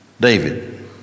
David